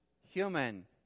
human